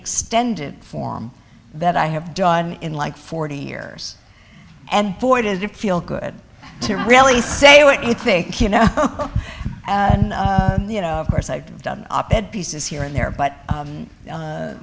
extended form that i have done in like forty years and boy did it feel good to really say what you think you know and you know of course i've done op ed pieces here and there but